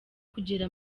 kugera